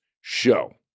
show